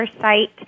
site